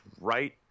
right